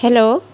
hello